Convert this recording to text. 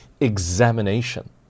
examination